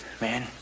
Man